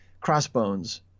Crossbones